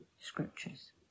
scriptures